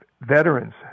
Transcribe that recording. veterans